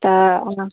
तऽ अहाँ